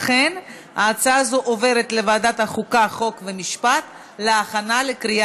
לכן זה עובר לוועדת הכנסת לקבלת החלטה לגבי